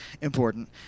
important